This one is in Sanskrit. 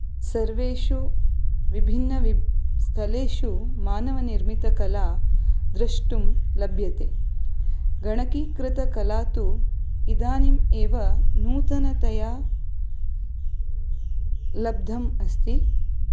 सर्वेषु विभिन्न वि स्थलेषु मानवनिर्मितकला द्रष्टुं लभ्यते गणकीकृतकला तु इदानीम् एव नूतनतया लब्धम् अस्ति